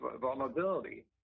vulnerability